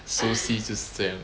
熟悉就是这样